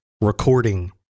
recording